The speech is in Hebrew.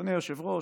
אדוני היושב-ראש,